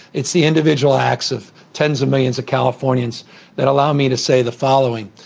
it's the individual acts of tens of millions of californians that allow me to say the following.